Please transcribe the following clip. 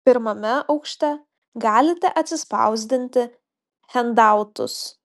pirmame aukšte galite atsispausdinti hendautus